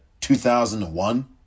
2001